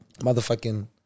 motherfucking